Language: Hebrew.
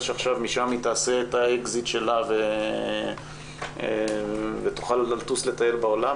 שעכשיו משם היא תעשה את האקזיט שלה ותוכל לטוס לטייל בעולם,